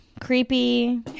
creepy